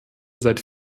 seit